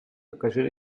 occasione